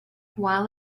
while